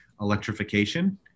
electrification